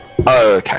Okay